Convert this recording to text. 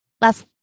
last